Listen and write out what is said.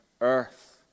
earth